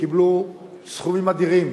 קיבלו סכומים אדירים,